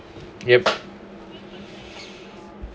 yup